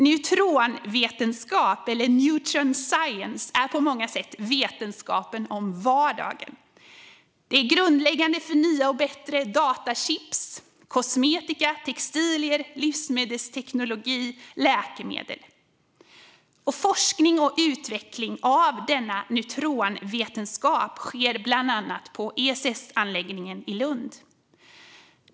Neutronvetenskap, eller neutron science, är på många sätt vetenskapen om vardagen. Den är grundläggande för nya och bättre datachips, kosmetika, textilier, livsmedelsteknologi och läkemedel. Forskning och utveckling av denna neutronvetenskap sker bland annat vid ESS-anläggningen i Lund.